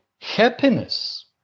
happiness